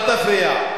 אל תפריע.